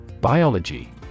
Biology